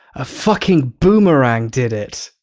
a fucking boomerang did it.